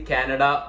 Canada